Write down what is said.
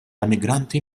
immigranti